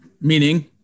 Meaning